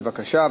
בבקשה,